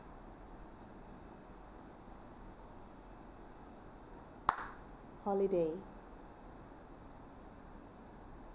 holiday